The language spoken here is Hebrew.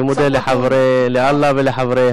אני מודה לאללה ולחברי